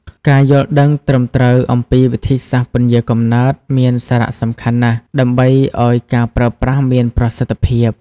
ការយល់ដឹងត្រឹមត្រូវអំពីវិធីសាស្ត្រពន្យារកំណើតមានសារៈសំខាន់ណាស់ ដើម្បីឲ្យការប្រើប្រាស់មានប្រសិទ្ធភាព។